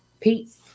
Peace